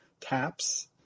Taps